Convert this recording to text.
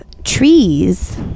Trees